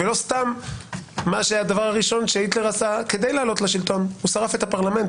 לא סתם הדבר הראשון שהיטלר עשה כדי לעלות לשלטון הוא שרף את הפרלמנט,